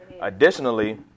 Additionally